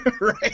Right